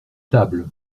table